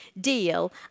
deal